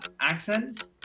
accents